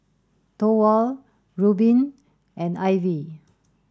Thorwald Reubin and Ivy